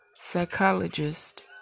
psychologist